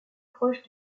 proche